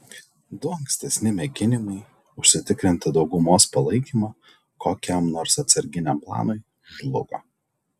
du ankstesni mėginimai užsitikrinti daugumos palaikymą kokiam nors atsarginiam planui žlugo